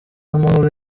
amahoro